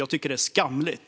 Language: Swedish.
Jag tycker att det är skamligt.